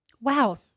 Wow